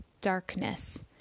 darkness